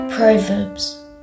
Proverbs